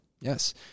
Yes